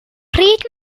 pryd